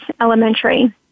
elementary